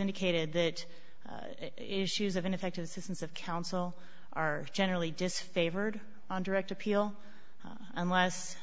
indicated that issues of ineffective assistance of counsel are generally disfavored on direct appeal unless